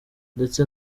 ndetse